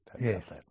Yes